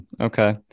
Okay